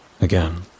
Again